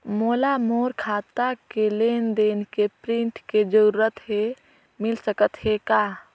मोला मोर खाता के लेन देन के प्रिंट के जरूरत हे मिल सकत हे का?